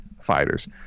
fighters